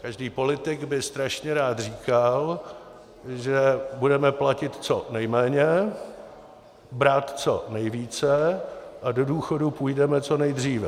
Každý politik by strašně rád říkal, že budeme platit co nejméně, brát co nejvíce a do důchodu půjdeme co nejdříve.